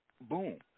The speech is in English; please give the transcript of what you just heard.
boom